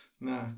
nah